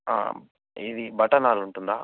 ఇవి బఠానీలు ఉంటుందా